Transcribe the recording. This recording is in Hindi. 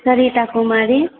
सारिता कुमारी